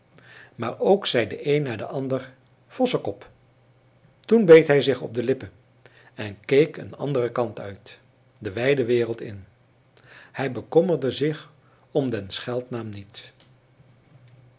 maar ook zei de een na den ander vossekop toen beet hij zich op de lippen en keek een anderen kant uit de wijde wereld in hij bekommerde zich om den scheldnaam niet